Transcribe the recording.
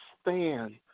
stand